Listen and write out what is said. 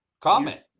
comment